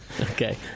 Okay